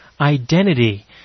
identity